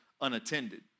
unattended